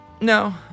No